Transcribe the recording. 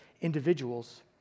individuals